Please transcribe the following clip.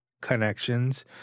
connections